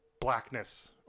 blackness